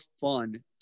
fun